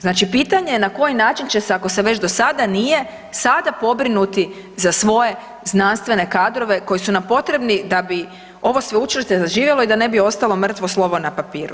Znači pitanje je na koji način će se ako se već do sada nije sada pobrinuti za svoje znanstvene kadrove koji su nam potrebni da bi ovo sveučilište zaživjelo i da ne bi ostalo mrtvo slovo na papiru.